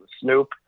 Snoop